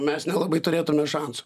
mes nelabai turėtume šansų